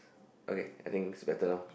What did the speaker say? okay I think it's better now